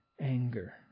anger